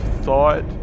thought